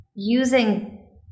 Using